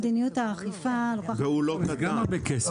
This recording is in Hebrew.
מדיניות האכיפה לוקחת --- זה גם הרבה כסף.